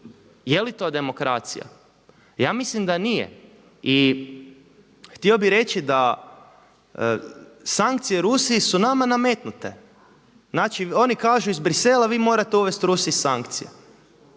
Je li to demokracija? Ja mislim da nije. I htio bih reći da sankcije Rusiji su nama nametnute. Znači oni kažu iz Brisela vi morate uvesti Rusiji sankcije.